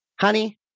honey